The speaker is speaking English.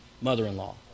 mother-in-law